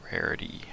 Rarity